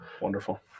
Wonderful